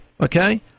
okay